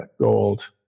Gold